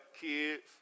kids